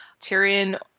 Tyrion